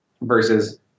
versus